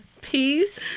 Peace